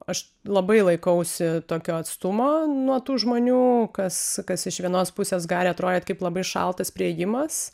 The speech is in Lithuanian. aš labai laikausi tokio atstumo nuo tų žmonių kas kas iš vienos pusės gali atrodyt kaip labai šaltas priėjimas